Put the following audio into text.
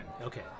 Okay